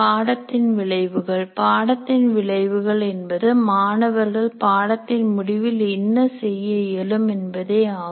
பாடத்தின் விளைவுகள் பாடத்தின் விளைவுகள் என்பது மாணவர்கள் பாடத்தின் முடிவில் என்ன செய்ய இயலும் என்பதே ஆகும்